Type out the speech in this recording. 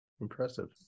Impressive